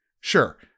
sure